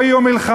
ולא יהיו מלחמות,